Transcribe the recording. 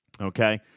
Okay